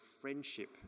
friendship